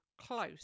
close